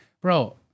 bro